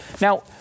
Now